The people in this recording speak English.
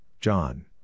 John